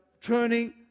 turning